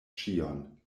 ĉion